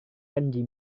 kanji